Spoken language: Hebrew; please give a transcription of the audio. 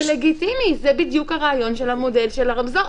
זה לגיטימי, זה בדיוק הרעיון של מודל הרמזור.